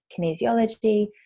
kinesiology